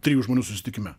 trijų žmonių susitikime